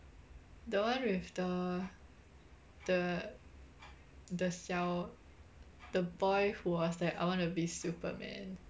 the one with the the the 小 the boy who was like I want to be superman